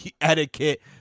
etiquette